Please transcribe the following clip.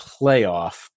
playoff